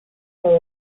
are